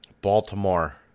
Baltimore